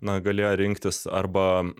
na galėjo rinktis arba